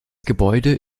gebäude